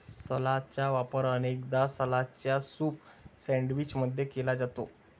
सलादचा वापर अनेकदा सलादच्या सूप सैंडविच मध्ये केला जाते